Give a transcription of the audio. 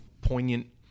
poignant